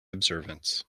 observance